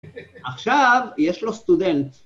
עכשיו יש לו סטודנט.